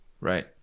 Right